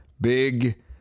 Big